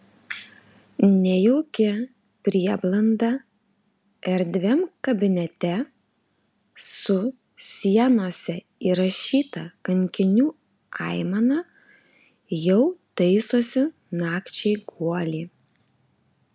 nejauki prieblanda erdviam kabinete su sienose įrašyta kankinių aimana jau taisosi nakčiai guolį